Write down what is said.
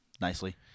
nicely